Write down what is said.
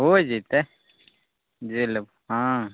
हो जेतै जे लेब हॅं